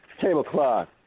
tablecloth